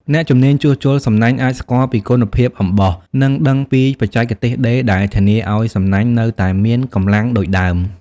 អ្នកជំនាញជួសជុលសំណាញ់អាចស្គាល់ពីគុណភាពអំបោះ និងដឹងពីបច្ចេកទេសដេរដែលធានាឲ្យសំណាញ់នៅតែមានកម្លាំងដូចដើម។